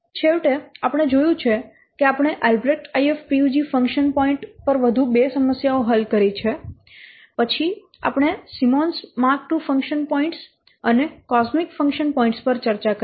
તેથી છેવટે આપણે જોયું છે કે આપણે આલ્બ્રેક્ટIFPUG function point AlbrechtIFPUG function points પર વધુ બે સમસ્યાઓ હલ કરી છે પછી આપણે Symons Mark II function points અને કોસ્મિક ફંક્શન પોઇન્ટ પર ચર્ચા કરી છે